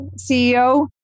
CEO